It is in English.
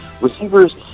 Receivers